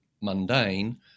mundane